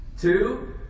Two